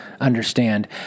understand